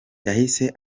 yahise